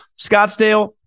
Scottsdale